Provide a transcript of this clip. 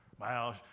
Wow